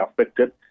affected